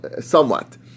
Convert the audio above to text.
somewhat